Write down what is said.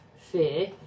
fear